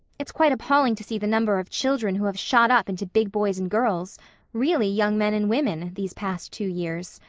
it's quite appalling to see the number of children who have shot up into big boys and girls really young men and women these past two years.